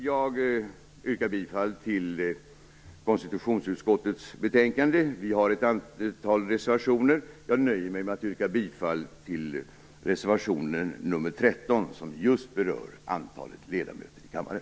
Jag yrkar bifall till hemställan i konstitutionsutskottets betänkande. Vi har ett antal reservationer. Jag nöjer mig med att yrka bifall till reservation 13, som just berör antalet ledamöter i kammaren.